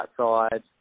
outside